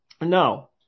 no